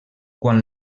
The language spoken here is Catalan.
quan